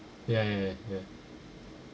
ya ya ya